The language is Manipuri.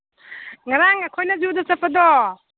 ꯉꯔꯥꯡ ꯑꯩꯈꯣꯏꯅ ꯖꯨꯗ ꯆꯠꯄꯗꯣ